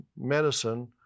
medicine